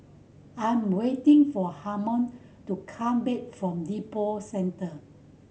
I'm waiting for Harman to come back from Lippo Centre